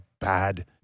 bad